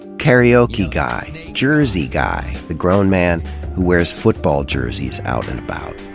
karaoke guy. jersey guy the grown man who wears football jerseys out and about.